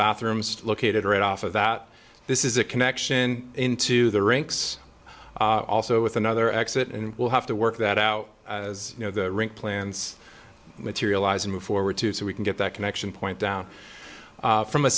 bathrooms located right off of that this is a connection into the rinks also with another exit and will have to work that out as you know the rink plans materialize and move forward too so we can get that connection point down from a